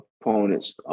opponents